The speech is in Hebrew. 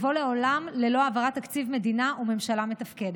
בא לעולם ללא העברת תקציב מדינה וממשלה מתפקדת?